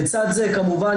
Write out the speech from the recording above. לצד זה כמובן,